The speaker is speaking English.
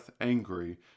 angry